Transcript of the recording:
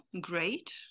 great